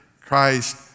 Christ